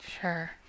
Sure